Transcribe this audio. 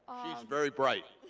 very bright.